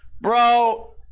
bro